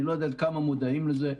אני לא יודע כמה מודעים לזה,